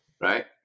right